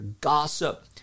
Gossip